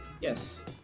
Yes